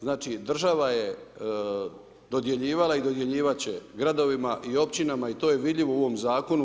Znači, država je dodjeljivala i dodjeljivati će gradovima i općinama i to je vidljivo u ovom Zakonu.